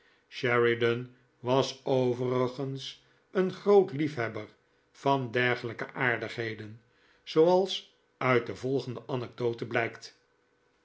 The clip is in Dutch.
sheridan was overigens een grootliefhebber van dergelijke aardigheden zooals uit de volgende anekdote blijkt